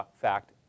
fact